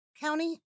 County